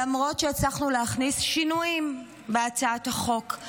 למרות שהצלחנו להכניס שינויים בהצעת החוק,